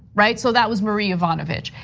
right? so that was marie yovanovitch.